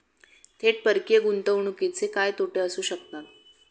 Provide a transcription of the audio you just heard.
थेट परकीय गुंतवणुकीचे काय तोटे असू शकतात?